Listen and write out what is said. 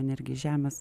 energiją iš žemės